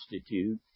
Institute